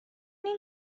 این